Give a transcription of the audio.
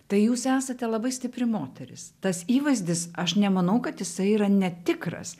tai jūs esate labai stipri moteris tas įvaizdis aš nemanau kad jisai yra netikras